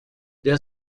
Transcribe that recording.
der